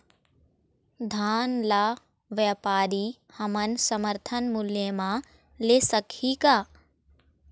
धान ला व्यापारी हमन समर्थन मूल्य म ले सकही का?